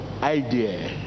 idea